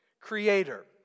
creator